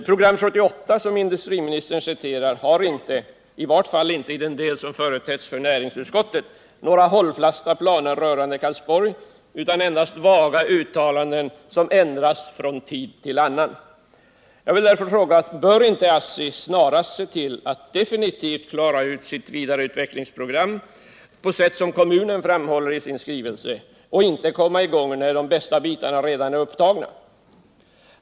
Program 78, som industriministern hänvisar till innehåller inte — i varje fall inte i den del som företetts för näringsutskottet — några hållfasta planer rörande Karlsborg utan endast vaga uttalanden som ändras från tid till annan. Jag vill därför fråga: Bör inte ASSI snarast se till att definitivt klara ut sitt vidareutvecklingsprogram på sätt som kommunen framhåller i sin skrivelse och inte komma i gång när de bästa bitarna redan är upptagna?